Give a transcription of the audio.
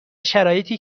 شرایطی